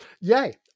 Yay